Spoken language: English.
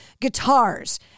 guitars